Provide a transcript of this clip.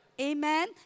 Amen